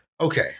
Okay